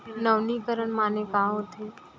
नवीनीकरण माने का होथे?